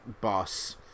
boss